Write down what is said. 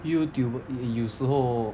YouTuber 有时候